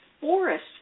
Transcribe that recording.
forest